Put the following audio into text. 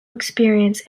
experience